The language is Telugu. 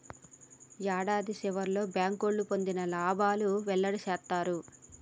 యాడాది సివర్లో బ్యాంకోళ్లు పొందిన లాబాలు వెల్లడి సేత్తారు